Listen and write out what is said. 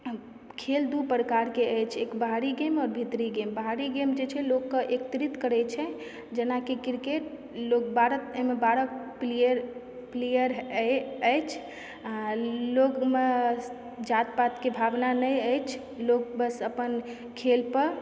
खेल दू प्रकारके अछि एक बाहरी गेम आओर भीतरी गेम बाहरी गेम जे छै लोकके एकत्रित करै छै जेना कि क्रिकेट लोक बारह अइमे बारह प्लेयर प्लेयर अछि आ लोकमे जात पातके भावना नै अछि लोक बस अपन खेलपर